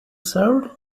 served